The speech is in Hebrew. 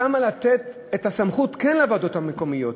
שם כן לתת את הסמכות לוועדות המקומיות,